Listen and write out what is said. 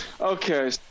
Okay